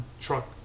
truck